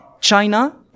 China